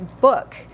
book